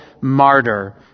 martyr